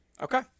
Okay